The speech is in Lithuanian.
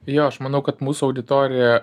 jo aš manau kad mūsų auditorija